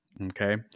Okay